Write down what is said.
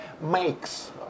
makes